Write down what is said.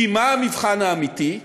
כי מה המבחן האמיתי?